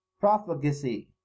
profligacy